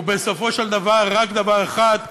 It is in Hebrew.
ובסופו של דבר רק בדבר אחד,